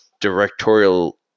directorial